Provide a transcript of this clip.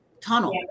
tunnel